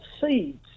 seeds